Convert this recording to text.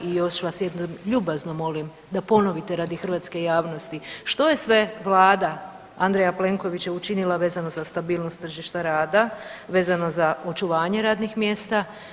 I još vas jednom ljubazno molim da ponovite radi hrvatske javnosti što je sve Vlada Andreja Plenkovića učinila vezano za stabilnost tržišta rada, vezano za očuvanje radnih mjesta.